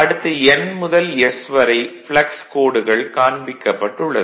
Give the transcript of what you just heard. அடுத்து N முதல் S வரை ப்ளக்ஸ் கோடுகள் காண்பிக்கப்பட்டுள்ளது